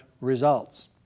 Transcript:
results